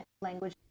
language